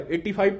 85